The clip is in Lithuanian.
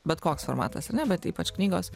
bet koks formatas ar ne bet ypač knygos